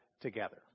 together